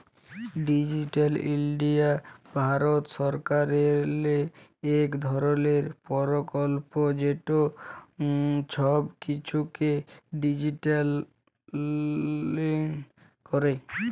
digital India Bharat সরকারেরলে ইক ধরলের পরকল্প যেট ছব কিছুকে ডিজিটালাইস্ড ক্যরে